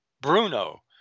Bruno